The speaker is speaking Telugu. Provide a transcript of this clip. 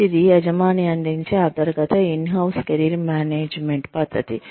మొదటిది యజమాని అందించే అంతర్గత ఇన్ హౌస్ కెరీర్ మేనేజ్మెంట్ పద్ధతి